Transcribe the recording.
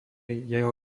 jeho